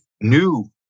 new